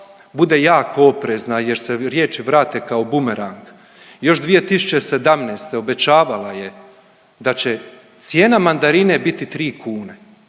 bude jako oprezna jer se riječi vrate kao bumerang. Još 2017. obećavala je da će cijena mandarine biti 3 kune,